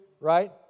right